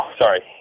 Sorry